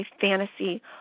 fantasy